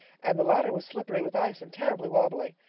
and the ladder was slippery with ice and terribly wobbly.